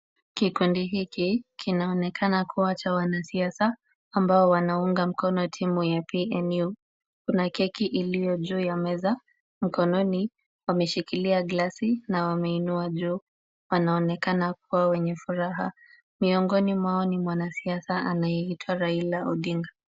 Kikundi hiki kinaonekana kuwa cha wanasiasa ambao wanaunga mkono timu ya PNU. Kuna keki iliyo juu ya meza. Mkononi wameshikilia glasi na wameinua juu. Wanaonekana kuwa wenye furaha. Miongoni mwao ni mwanasiasa anayeitwa Raila Odinga.